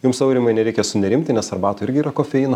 jums aurimai nereikia sunerimti nes arbatoj irgi yra kofeino